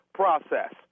process